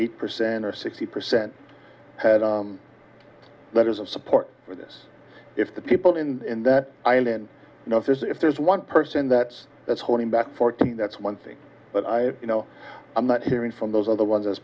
fifty percent or sixty percent had letters of support for this if the people in that island know if there's if there's one person that's that's holding back fourteen that's one thing but i you know i'm not hearing from those other ones as